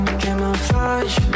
camouflage